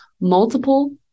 multiple